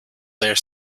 their